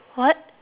what